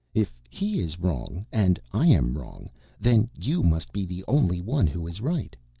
if he is wrong, and i am wrong then you must be the only one who is right.